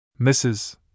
Mrs